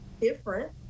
different